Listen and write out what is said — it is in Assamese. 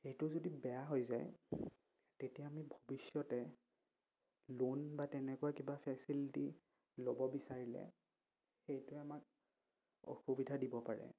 সেইটো যদি বেয়া হৈ যায় তেতিয়া আমি ভৱিষ্যতে লোন বা তেনেকুৱা কিবা ফেচিলিটি ল'ব বিচাৰিলে সেইটোৱে আমাক অসুবিধা দিব পাৰে